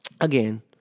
Again